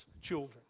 children